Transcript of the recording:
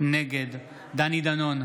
נגד דני דנון,